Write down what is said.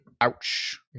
Ouch